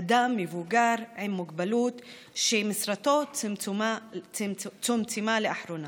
אדם מבוגר עם מוגבלות שמשרתו צומצמה לאחרונה.